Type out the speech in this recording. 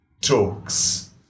talks